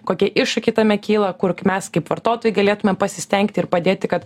kokie iššūkiai tame kyla kurk mes kaip vartotojai galėtumėm pasistengti ir padėti kad